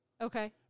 Okay